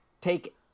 take